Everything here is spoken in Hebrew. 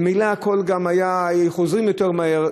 וממילא כולם גם היו חוזרים יותר מהר.